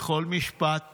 בכל משפט